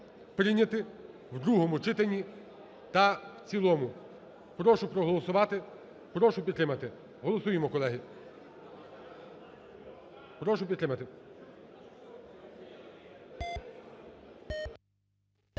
Прошу проголосувати. Прошу підтримати. Голосуємо, колеги. Прошу підтримати.